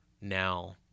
now